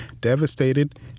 Devastated